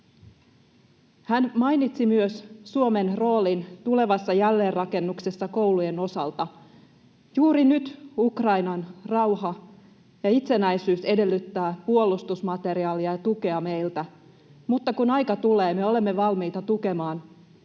Hän mainitsi myös Suomen roolin tulevassa jälleenrakennuksessa koulujen osalta. Juuri nyt Ukrainan rauha ja itsenäisyys edellyttävät puolustusmateriaalia ja tukea meiltä, mutta kun aika tulee, me olemme valmiita tukemaan Ukrainan